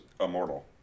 immortal